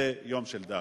זה יום של דאגה.